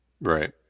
Right